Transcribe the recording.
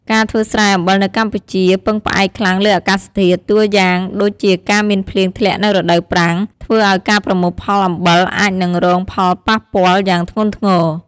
ការធ្វើស្រែអំបិលនៅកម្ពុជាពឹងផ្អែកខ្លាំងលើអាកាសធាតុ តួយ៉ាងដូចជាការមានភ្លៀងធ្លាក់នៅរដូវប្រាំង ធ្វើឲ្យការប្រមូលផលអំបិលអាចនឹងរងផលប៉ះពាល់យ៉ាងធ្ងន់ធ្ងរ។